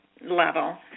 level